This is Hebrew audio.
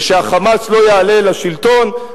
ושה"חמאס" לא יעלה לשלטון,